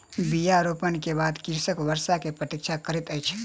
बीया रोपला के बाद कृषक वर्षा के प्रतीक्षा करैत अछि